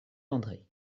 andré